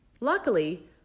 Luckily